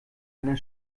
einer